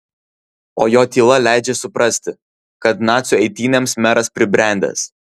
o jo tyla leidžia suprasti kad nacių eitynėms meras pribrendęs